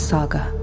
Saga